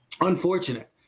unfortunate